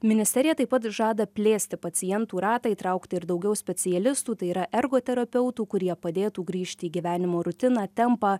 ministerija taip pat žada plėsti pacientų ratą įtraukti ir daugiau specialistų tai yra ergoterapeutų kurie padėtų grįžti į gyvenimo rutiną tempą